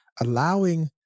allowing